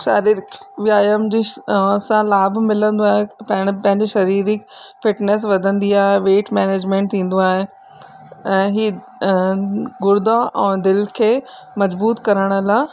शारीरिक व्यायाम जी असां लाभ मिलंदो आहे पहिरीं पंहिंजे शरीरिक फिटनेस वधंदी आहे वेट मैनेजमेंट थींदो आहे ऐं हीअ गुर्दा ऐं दिलि खे मज़बूत करण लाइ